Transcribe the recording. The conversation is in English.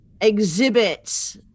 exhibits